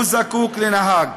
/ הוא זקוק לנהג.